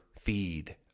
feed